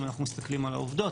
אם אנחנו מסתכלים על העובדות,